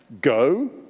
Go